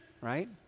right